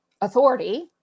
authority